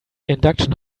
induction